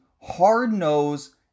Hard-nosed